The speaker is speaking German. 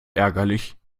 ärgerlich